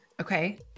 Okay